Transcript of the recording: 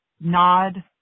nod